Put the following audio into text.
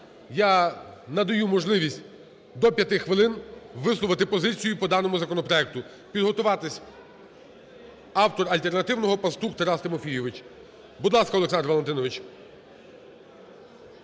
я надаю можливість до 5 хвилин висловити позицію по даному законопроекту. Підготуватись: автор альтернативного – Пастух Тарас Тимофійович. Будь ласка, Олександр Валентинович.